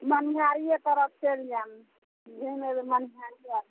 मनिहारिए तरफ चलि जाएब